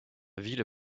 ville